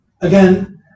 again